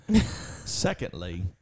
Secondly